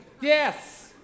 Yes